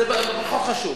זה לא חשוב.